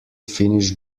finish